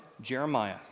Jeremiah